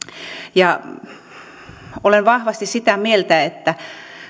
olen vahvasti sitä mieltä että